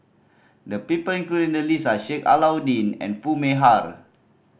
the people included the list are Sheik Alau'ddin and Foo Mee Har